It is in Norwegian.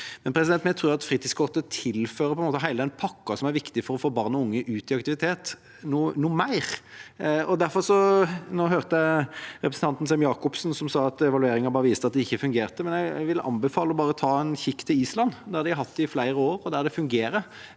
– men vi tror fritidskortet tilfører hele den pakken som er viktig for å få barn og unge ut i aktivitet, noe mer. Nå hørte jeg representanten Sem-Jacobsen si at evalueringen bare viste at det ikke fungerte, men jeg vil anbefale å ta en kikk til Island, der de har hatt det i flere år, og der det fungerer.